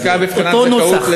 שעסקה בבחינת זכאות,